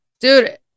Dude